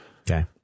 okay